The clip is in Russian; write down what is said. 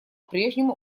прежнему